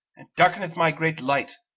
and darkeneth my great light.